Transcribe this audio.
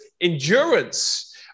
endurance